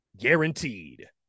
guaranteed